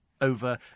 over